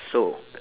so